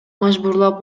мажбурлап